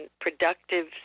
productive